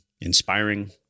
inspiring